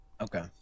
okay